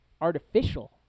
artificial